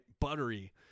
Buttery